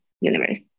universe